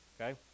Okay